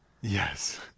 Yes